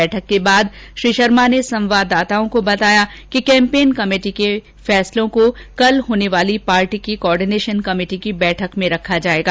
बैठक के बाद श्री शर्मा ने संवाददाताओं को बताया कि कैंपेन कमेटी के फैसलों को कल होने वाली पार्टी की कॉर्डिनेषन कमेटी की बैठक में रखा जायेगा